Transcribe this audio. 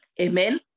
Amen